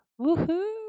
Woohoo